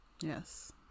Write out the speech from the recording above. Yes